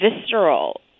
visceral